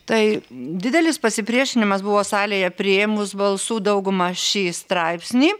tai didelis pasipriešinimas buvo salėje priėmus balsų dauguma šį straipsnį